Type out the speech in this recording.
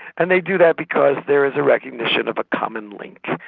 and they do that because there is a recognition of a common link.